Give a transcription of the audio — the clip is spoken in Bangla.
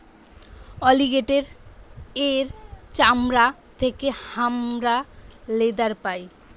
অলিগেটের এর চামড়া থেকে হামরা লেদার বানাই